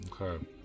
Okay